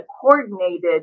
coordinated